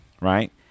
right